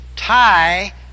Tie